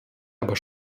aber